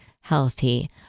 healthy